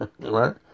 right